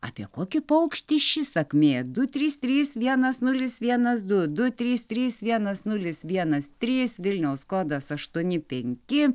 apie kokį paukštį ši sakmė du trys trys vienas nulis vienas du du trys trys vienas nulis vienas trys vilniaus kodas aštuoni penki